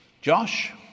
Josh